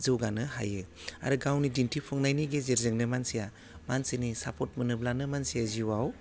जौगानो हायो आरो गावनि दिन्थिफुंनायनि गेजेरजोंनो मानसिया मानसिनि साफर्ट मोनोब्लानो मानसिया जिउआव